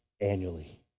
annually